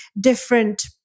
different